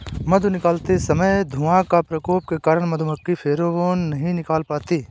मधु निकालते समय धुआं का प्रयोग के कारण मधुमक्खी फेरोमोन नहीं निकाल पाती हैं